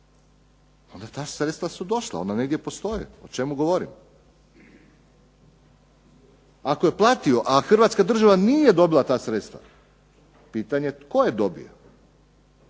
onda ta sredstva su došla, ona negdje postoje. O čemu govorimo? Ako je platio a Hrvatska država nije dobila ta sredstva pitanje je tko je dobio,